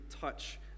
touch